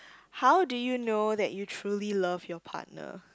how do you know that you truly love your partner